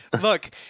Look